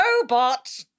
robot